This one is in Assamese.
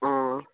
অঁ